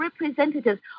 Representatives